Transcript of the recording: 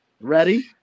Ready